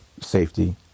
safety